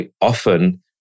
often